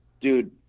dude